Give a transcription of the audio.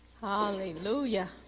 Hallelujah